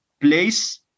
place